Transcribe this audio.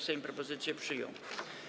Sejm propozycję przyjął.